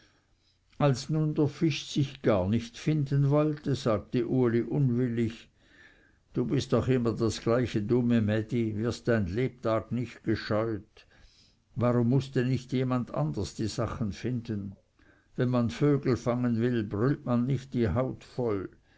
als nun der fisch sich gar nicht finden wollte sagte uli unwillig du bist immer das gleiche dumme mädi wirst dein lebtag nicht gescheut warum mußte nicht jemand anders die sachen finden wenn man vögel fangen will brüllt man nicht die haut voll